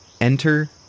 Enter